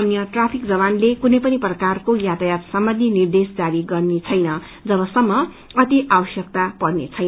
अन्य कुनै ट्राफिक जवानले कुनै पनि प्रकारको यातायात सम्बन्धी निद्रेश जारी गर्नेछेन जबसम्प आँति आवश्यक छैन